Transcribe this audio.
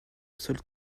sol